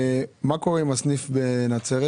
מה קורה עם הסניף בנצרת?